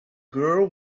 girl